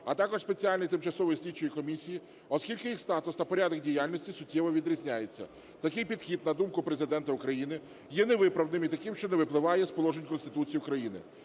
а також спеціальної тимчасової слідчої комісії, оскільки їх статус та порядок діяльності суттєво відрізняються. Такий підхід, на думку Президента України, є невиправданим і таким, що не випливає з положень Конституції України.